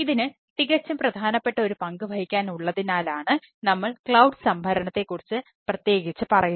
ഇതിന് തികച്ചും പ്രധാനപ്പെട്ട ഒരു പങ്ക് വഹിക്കാൻ ഉള്ളതിനാലാണ് നമ്മൾ ക്ലൌഡ് സംഭരണത്തെ കുറിച്ച് പ്രത്യേകിച്ച് പറയുന്നത്